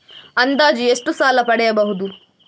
ಅಂದಾಜು ಎಷ್ಟು ಸಾಲ ಪಡೆಯಬಹುದು?